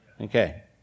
Okay